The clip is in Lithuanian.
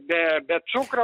be be cukrau